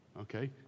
Okay